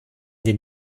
den